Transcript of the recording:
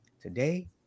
Today